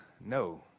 No